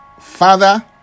Father